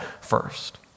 first